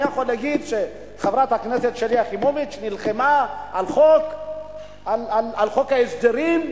אני יכול להגיד שחברת הכנסת שלי יחימוביץ נלחמה על חוק ההסדרים,